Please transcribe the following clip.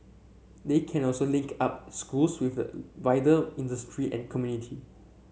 they can also link up schools with the wider industry and community